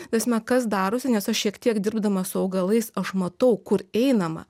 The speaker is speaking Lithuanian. ta prasme kas darosi nes aš šiek tiek dirbdama su augalais aš matau kur einama